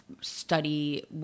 study